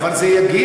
חכה, אבל זה יגיע.